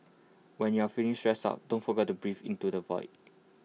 when you are feeling stressed out don't forget to breathe into the void